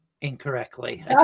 incorrectly